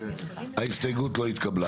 ההסתייגות לא התקבלה.